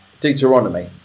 Deuteronomy